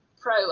pro